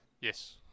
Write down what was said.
Yes